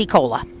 Cola